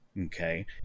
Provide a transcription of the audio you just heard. Okay